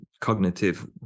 cognitive